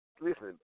Listen